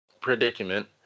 predicament